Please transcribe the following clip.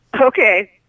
okay